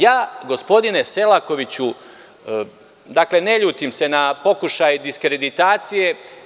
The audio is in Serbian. Ja, gospodine Selakoviću, ne ljutim se na pokušaj diskreditacije.